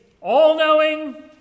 all-knowing